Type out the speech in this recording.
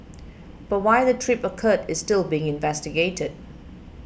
but why the trip occurred is still being investigated